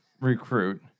recruit